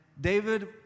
David